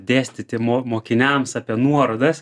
dėstyti mo mokiniams apie nuorodas